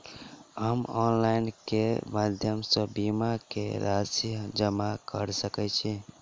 हम ऑनलाइन केँ माध्यम सँ बीमा केँ राशि जमा कऽ सकैत छी?